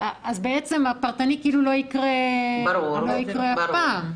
בעצם הנוהל הפרטני לא יקרה אף פעם.